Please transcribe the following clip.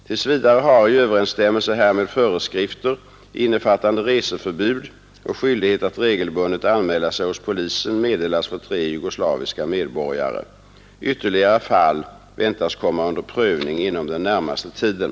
Tills vidare har i överensstämmelse härmed föreskrifter innefattande reseförbud och skyldighet att regelbundet anmäla sig hos polisen meddelats för tre jugoslaviska medborgare. Ytterligare fall väntas komma under prövning inom den närmaste tiden.